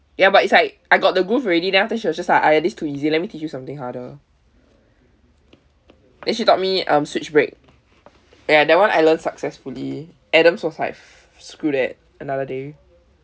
ya but it's like I got the grove already then after that she was just like !aiya! this is too easy let me teach you something harder then she taught me um switch break ya that one I learn successfully adam's was like !screw! that another day